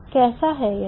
कैसा है यह